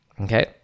okay